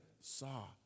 saw